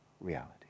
reality